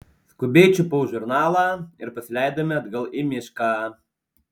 skubiai čiupau žurnalą ir pasileidome atgal į mišką